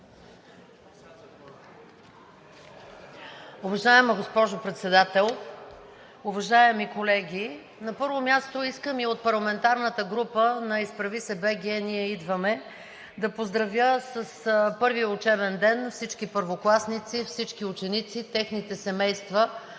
Уважаема госпожо Председател, уважаеми колеги! На първо място, искам от парламентарната група на „Изправи се БГ! Ние идваме!“ да поздравя с първия учебен ден всички първокласници, всички ученици, техните семейства,